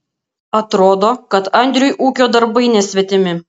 atrodo kad andriui ūkio darbai nesvetimi